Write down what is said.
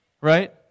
right